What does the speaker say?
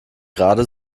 gerade